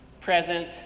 present